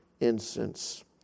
incense